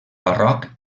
barroc